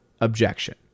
objection